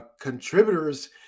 contributors